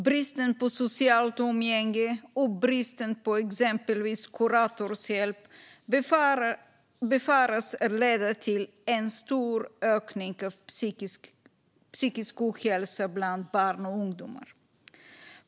Bristen på socialt umgänge, och bristen på exempelvis kuratorshjälp, befaras leda till en stor ökning av psykisk ohälsa bland barn och ungdomar.